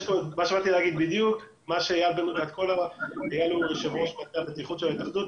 יש פה את איל בן ראובן שהוא יושב-ראש מטה הבטיחות של ההתאחדות,